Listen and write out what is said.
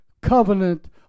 covenant